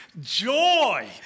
joy